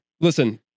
Listen